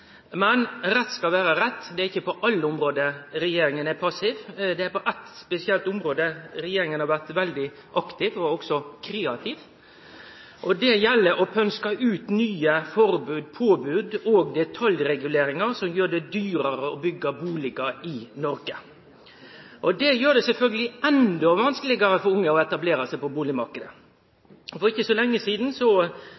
Men rett skal vere rett, det er ikkje på alle område regjeringa er passiv. På eitt spesielt område har regjeringa vore aktiv, og også kreativ: når det gjeld å pønske ut nye forbod, påbod og detaljreguleringar som gjer det dyrare å byggje bustader i Noreg. Det gjer det sjølvsagt endå vanskelegare for unge å etablere seg på